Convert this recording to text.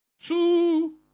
two